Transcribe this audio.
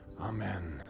amen